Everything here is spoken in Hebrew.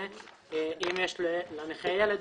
ואם יש לנכה ילד,